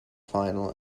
final